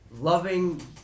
loving